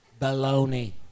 Baloney